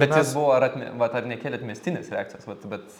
bet jis buvo rat vat ar nekėlė atmestinės reakcijos vat bet